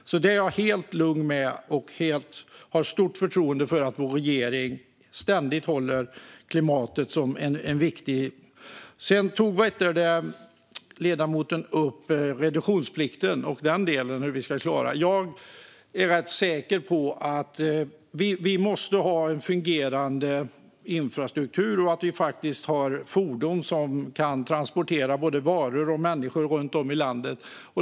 Jag är helt lugn med detta, och jag har stort förtroende för att vår regering ständigt håller klimatet som en viktig del. Ledamoten tog upp reduktionsplikten och undrade hur vi ska klara den delen. Jag är rätt säker på att vi måste ha en fungerande infrastruktur och fordon som kan transportera både varor och människor runt om i landet.